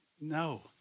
No